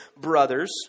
brothers